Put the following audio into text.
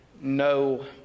no